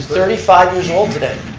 thirty five years old today.